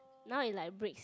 now it like breaks